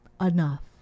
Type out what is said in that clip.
enough